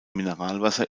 mineralwasser